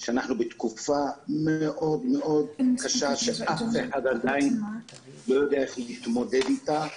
שאנחנו בתקופה מאוד מאוד קשה שאף אחד עדיין לא יודע איך להתמודד איתה.